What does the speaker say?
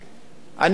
אני, זה לא סוד,